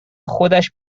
خودش